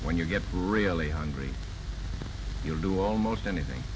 when you get really hungry you're do almost anything